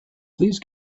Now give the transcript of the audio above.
please